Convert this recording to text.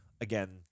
again